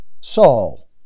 Saul